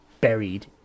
buried